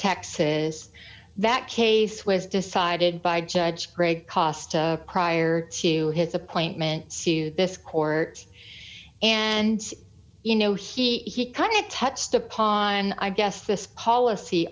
taxes that case was decided by judge greg cost prior to his appointment to this court and you know he kind of touched upon i guess this policy